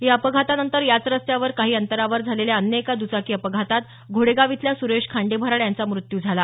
या अपघातानंतर याच रस्त्यावर काही अंतरावर झालेल्या अन्य एका दुचाकी अपघातात घोडेगाव इथल्या सुरेश खांडेभराड यांचा मृत्यू झाला